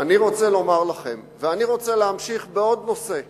אני רוצה להמשיך בנושא נוסף,